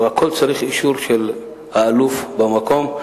הכול צריך אישור של האלוף במקום.